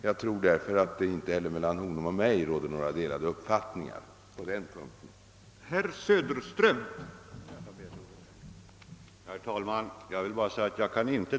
Jag tror därför att det inte heller mellan honom och mig råder olika uppfattningar på denna punkt.